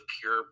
pure